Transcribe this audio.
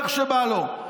איך שבא לו.